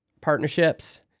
partnerships